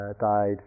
died